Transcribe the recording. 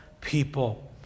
people